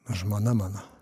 žmona mano